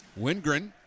Wingren